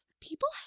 People